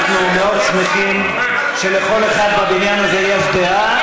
אנחנו מאוד שמחים שלכל אחד בבניין הזה יש דעה,